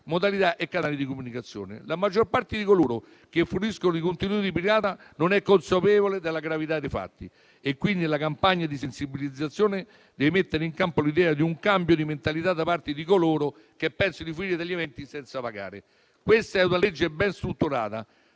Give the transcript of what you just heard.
modalità e canali di comunicazione. La maggior parte di coloro che fruiscono di contenuti pirata non è consapevole della gravità dei fatti. Quindi, la campagna di sensibilizzazione deve mettere in campo l'idea di un cambio di mentalità da parte di coloro che pensano di fruire degli eventi senza pagare. Questo è un disegno di legge ben strutturato,